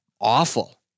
awful